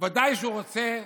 בוודאי שהוא רוצה,